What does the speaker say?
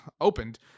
opened